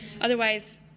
Otherwise